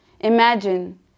Imagine